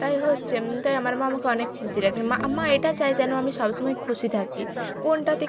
তাই হচ্ছে তাই আমার মা আমাকে অনেক খুশি রাখে মা মা এটা চায় যেন আমি সবসময় খুশি থাকি কোনটাতে